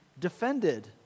defended